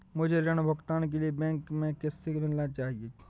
मुझे ऋण भुगतान के लिए बैंक में किससे मिलना चाहिए?